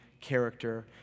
character